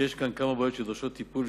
שיש כאן כמה בעיות שדורשות טיפול,